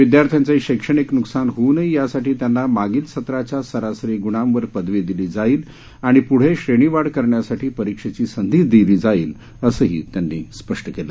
विदयार्थ्याचे शैक्षणिक न्कसान होऊ नये यासाठी त्यांना मागील सत्राच्या सरासरी ग्णांवर पदवी दिली जाईल आणि प्ढे श्रेणीवाढ करण्यासाठी परीक्षेची संधी दिली जाईल असंही त्यांनी स्पष्ट केलं